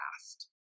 past